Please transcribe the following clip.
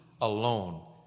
alone